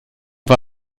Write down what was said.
war